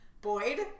Boyd